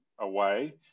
away